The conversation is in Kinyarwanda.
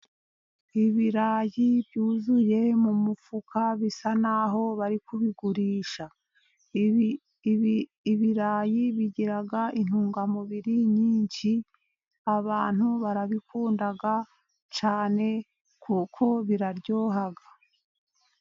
Ibirayi byuzuye mu mufuka bisa n'aho bari kubigurisha. Ibirayi bigira intungamubiri nyinshi, abantu barabikunda cyane kuko biraryoha.